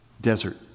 desert